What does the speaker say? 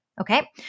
okay